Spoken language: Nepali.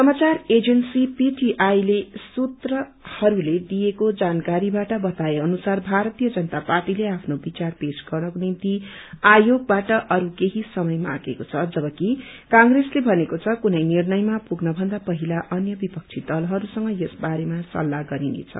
समाचार एजेन्सी पीटीआईको सूत्रहरूले दिएको जानकारी अनुसार भारतीय जनता पार्टीले आफ्नो विचार पेश्न गर्नको निम्ति आयोगबाट अरू केही समय मागेको छ जबकि क्प्रेसल भनेको छ कुनै निर्णयमा पुग्न भन्दा पहिला अन्य विपक्षी दलहरूसँग यस बारेमा सल्लाह गरिनेछ